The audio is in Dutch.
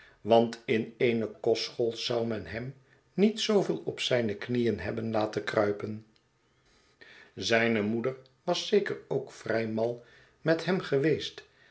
want in eene kostschool zou men hem niet zooveel op zijne knieen hebben laten kruipen zijne moederwas zeker ook vrij mal met hem geweest